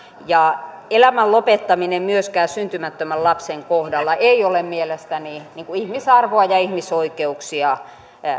ja elämän lopettaminen myöskään syntymättömän lapsen kohdalla ei ole mielestäni ihmisarvoa ja ihmisoikeuksia